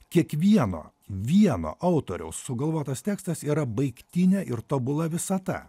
kiekvieno vieno autoriaus sugalvotas tekstas yra baigtinė ir tobula visata